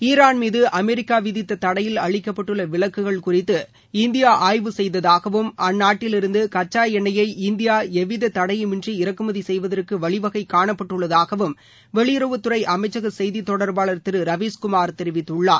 Iran மீது America விதித்த தடையில் அளிக்கப்பட்டுள்ள விலக்குகள் குறித்து இந்தியா ஆய்வு செய்ததாகவும் அந்நாட்டிலிருந்து கச்சாஎண்ணெய்யை இந்தியா எவ்வித தடையுமின்றி இறக்குமதி செய்வதற்கு வழிவகை காணப்பட்டுள்ளதாகவும் வெளியுறவுத்துறை அமைச்சக செய்தி தொடர்பாளர் திரு ரவீஸ்குமார் தெரிவித்துள்ளார்